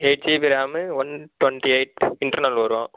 eight GB RAM one twenty eight internal வரும்